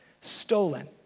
stolen